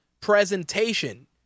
presentation